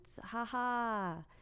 ha-ha